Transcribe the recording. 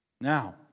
Now